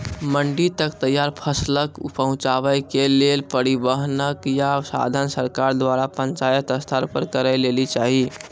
मंडी तक तैयार फसलक पहुँचावे के लेल परिवहनक या साधन सरकार द्वारा पंचायत स्तर पर करै लेली चाही?